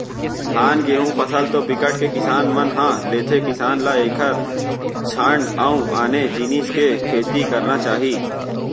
धान, गहूँ फसल तो बिकट के किसान मन ह लेथे किसान ल एखर छांड़ अउ आने जिनिस के खेती करना चाही